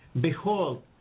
Behold